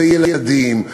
זה ילדים,